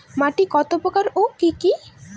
মাটি কতপ্রকার ও কি কী?